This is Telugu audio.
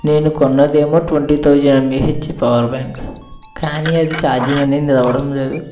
నేను కొన్నదేమో twenty thousand mAh power bank కానీ అది ఛార్జింగ్ అనేది నిలవడం లేదు